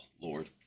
Lord